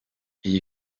iyi